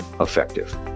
effective